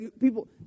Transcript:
people